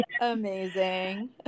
amazing